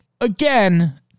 Again